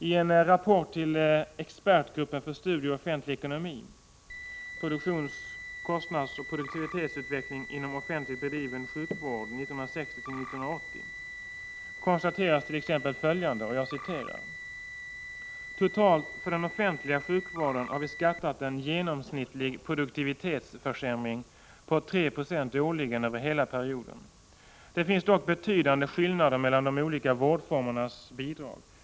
I en rapport till expertgruppen för studier i offentlig ekonomi, Produktions-, kostnadsoch produktivitetsutveckling inom offentligt bedriven sjukvård 1960-1980, konstateras t.ex. följande: ”Totalt för den offentliga sjukvården har vi skattat en genomsnittlig produktivitetsförsämring på 3 26 årligen över hela perioden. Det finns dock betydande skillnader mellan de olika vårdformernas bidrag.